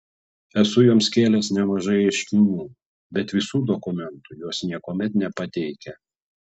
esu joms kėlęs nemažai ieškinių bet visų dokumentų jos niekuomet nepateikia